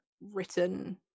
written